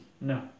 No